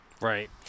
Right